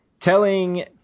telling